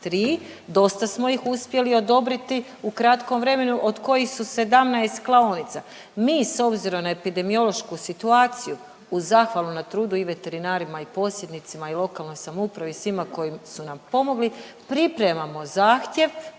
23, dosta smo ih uspjeli odobriti u kratkom vremenu, od kojih su 17 klaonica. Mi s obzirom na epidemiološku situaciju, uz zahvalu na trudu i veterinarima i posjednicima i lokalnoj samoupravi i svima koji su nam pomogli, pripremamo zahtjev